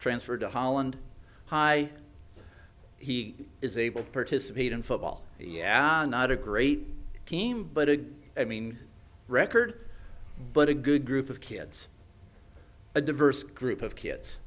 transfer to holland high he is able to participate in football yeah not a great team but a good i mean record but a good group of kids a diverse group of kids